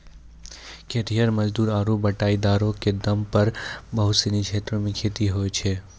खेतिहर मजदूर आरु बटाईदारो क दम पर बहुत सिनी क्षेत्रो मे खेती होय छै